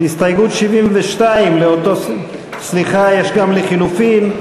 הסתייגות 72 לאותו, סליחה, יש גם לחלופין.